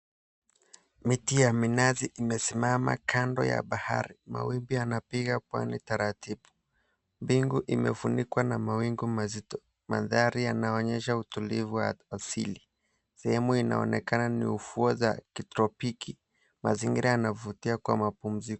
Miti ya minazi imesimama kando ya bahari. Mawimbi yanapiga pwani taratibu. Mbingu ifunikwa na mawingu mazito. Maandhari yanaonyesha utulivu wa asili. Sehemu inaonekana ni ufuo za kitropiki. Mazingira yanavutia kwa mapumziko.